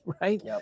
Right